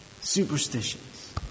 Superstitions